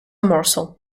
morsel